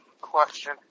Question